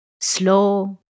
slow